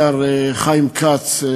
השר חיים כץ,